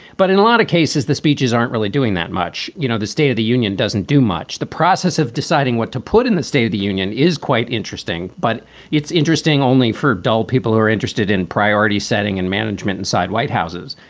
but in a lot of cases, the speeches aren't really doing that much. you know, the state of the union doesn't do much. the process of deciding what to put in the state of the union is quite interesting. but it's interesting, only four dull people who are interested in priority setting and management inside white houses.